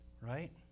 right